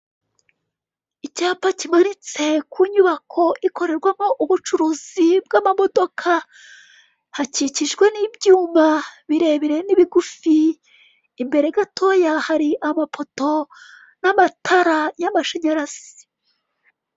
Icyapa kibonetse ku nyubako ikorerwamo ubucuruzi bw'amamodoka, hakikijwe n'ibyuma birebire n'ibigufi, imbere gato yaho hari amapoto n'amatara y'amashanyarazi.